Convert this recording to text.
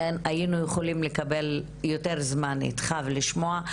היינו יכולים לקבל יותר זמן איתך ולשמוע.